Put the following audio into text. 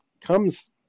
comes